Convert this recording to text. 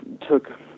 took